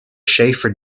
shafer